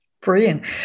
Brilliant